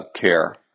care